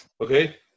okay